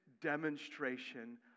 demonstration